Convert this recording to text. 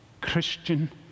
Christian